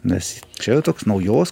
nes čia jau toks naujos